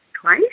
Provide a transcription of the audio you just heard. twice